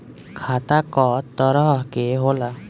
खाता क तरह के होला?